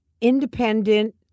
independent